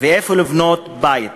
ואיפה לבנות בית.